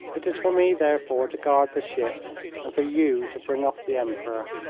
it is for me, therefore, to guard the ship and for you to bring off the emperor.